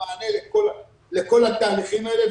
במענה לכל התהליכים האלה,